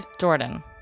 Jordan